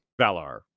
Valar